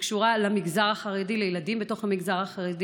שיעור המובטלים ירד החודש